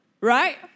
Right